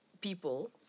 people